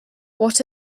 what